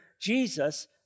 Jesus